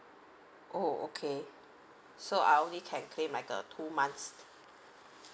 oh okay so I only can claim like a two months